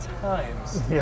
times